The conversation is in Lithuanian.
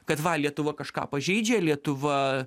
kad va lietuva kažką pažeidžia lietuva